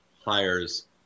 hires